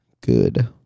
good